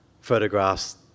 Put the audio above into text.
photographs